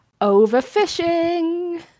Overfishing